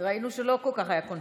ראינו שלא כל כך היה קונסנזוס.